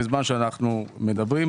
בזמן שאנחנו מדברים,